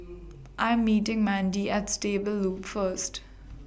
I'm meeting Mandie At Stable Loop First